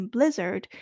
Blizzard